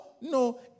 no